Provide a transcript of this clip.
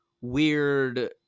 weird